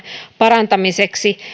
parantamiseksi